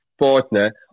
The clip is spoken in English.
partner